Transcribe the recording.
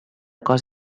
cos